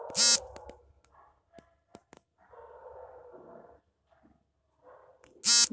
UPI PIN ಎಂದ್ರೆ ನೀವು ಹೊಸ ಪಾವತಿ ಅಕೌಂಟನ್ನು ಸೇರಿಸುವಾಗ ವಹಿವಾಟು ನಡೆಸುವಾಗ ನೀವು ನಮೂದಿಸುವ ಸಂಖ್ಯೆಯಾಗಿದೆ